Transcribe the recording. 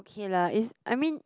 okay lah it's I mean